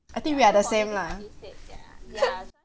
I think we are the same lah